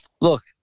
look